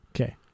Okay